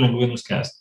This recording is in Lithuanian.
lengvai nuskęsti